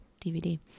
DVD